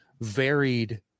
varied